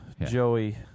Joey